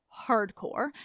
hardcore